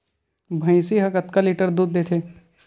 भंइसी हा कतका लीटर दूध देथे?